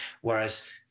whereas